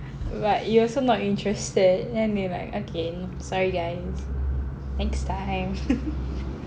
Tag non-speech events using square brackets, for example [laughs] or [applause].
but you also not interested then they like okay sorry guys next time [laughs]